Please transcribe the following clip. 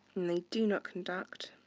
and they do not conduct,